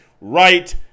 right